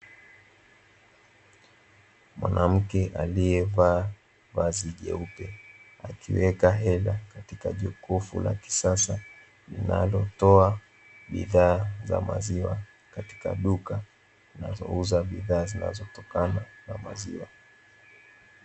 Mwanamke aliyevaa vazi jeupe akiweka hela katika jokofu la kisasa, linalotoa bidhaa za maziwa katika duka linalouza bidhaa zinazotokana na maziwa.